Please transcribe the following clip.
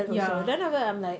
ya